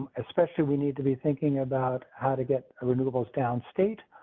especially we need to be thinking about how to get a renewables down state.